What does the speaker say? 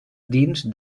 dins